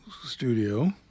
studio